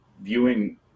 viewing